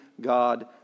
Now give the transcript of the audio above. God